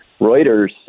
reuters